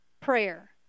prayer